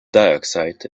dioxide